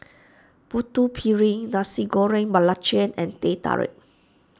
Putu Piring Nasi Goreng Belacan and Teh Tarik